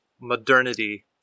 modernity